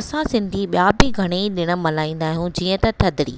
असां सिंधी ॿिया बि घणईं ॾिण मल्हाईंदा आहियूं जीअं त थधिड़ी